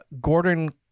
Gordon